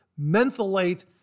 mentholate